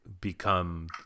become